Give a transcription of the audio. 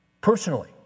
personally